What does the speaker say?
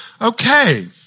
Okay